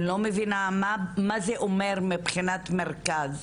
אני לא מבינה מה זה אומר מבחינת מרכז?